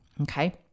Okay